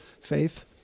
Faith